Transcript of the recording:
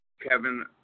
Kevin